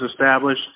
established